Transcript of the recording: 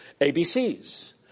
ABCs